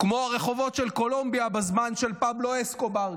כמו הרחובות של קולומביה בזמן של פבלו אסקובר,